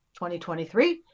2023